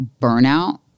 burnout